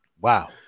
wow